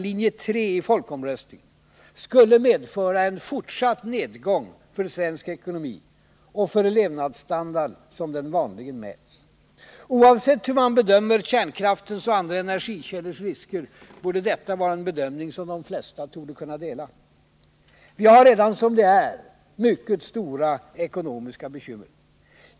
linje 3i folkomröstningen skulle medföra en fortsatt nedgång för svensk ekonomi och för levnadsstandarden som den vanligen mäts. Oavsett hur man bedömer kärnkraftens och andra energikällors risker borde detta vara en bedömning som de flesta torde kunna dela. Vi har redan som det är mycket stora ekonomiska bekymmer.